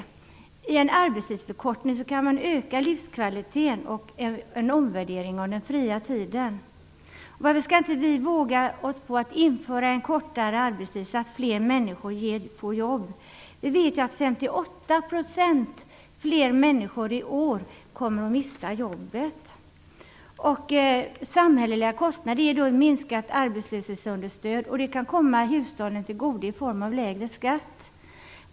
Med en arbetstidsförkortning kan man öka livskvaliteten och göra en omvärdering av den fria tiden. Varför skall vi inte våga oss på att införa en kortare arbetstid så att fler människor får jobb? Vi vet ju att 58 % fler människor i år kommer att mista jobbet. När det gäller samhälleliga kostnader ger detta ett minskat arbetslöshetsunderstöd som kan komma hushållen till godo i form av lägre skatt.